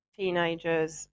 teenagers